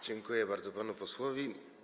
Dziękuję bardzo panu posłowi.